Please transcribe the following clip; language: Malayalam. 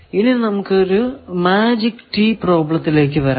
ഇനി നമുക്ക് ഒരു മാജിക് റ്റി പ്രോബ്ലത്തിലേക്കു വരാം